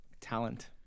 Talent